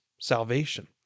salvation